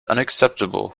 unacceptable